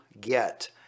get